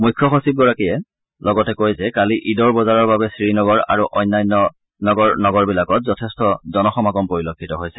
মুখ্য সচিবগৰাকীয়ে লগতে কয় যে কালি ঈদৰ বজাৰৰ বাবে শ্ৰীনগৰ আৰু অন্যান্য চহৰবিলাকত যথেষ্ট জনসমাগম পৰলক্ষিত হৈছে